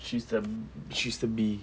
she's the she's the bee